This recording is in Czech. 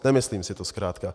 Nemyslím si to zkrátka.